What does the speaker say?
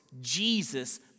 Jesus